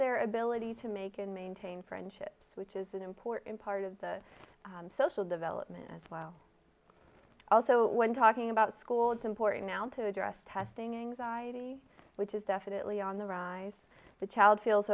their ability to make and maintain friendships which is an important part of the social development as well also when talking about school it's important now to address testing anxiety which is definitely on the rise the child feels